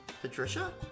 Patricia